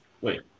wait